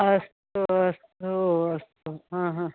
अस्तु अस्तु अस्तु हा हा